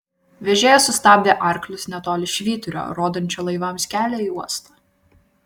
vežėjas sustabdė arklius netoli švyturio rodančio laivams kelią į uostą